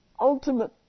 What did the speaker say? ultimate